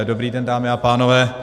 Dobrý den, dámy a pánové.